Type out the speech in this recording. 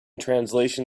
translation